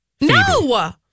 No